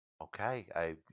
Okay